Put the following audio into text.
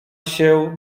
się